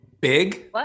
Big